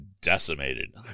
decimated